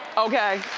okay!